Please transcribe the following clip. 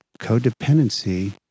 codependency